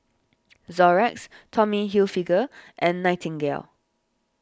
Xorex Tommy Hilfiger and Nightingale